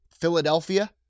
Philadelphia